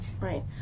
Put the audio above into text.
Right